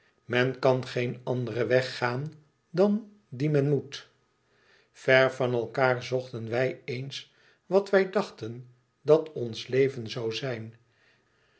men kan geen anderen weg gaan dan dien men moet ver van elkaâr zochten wij eens wat wij dachten dat ons leven zoû zijn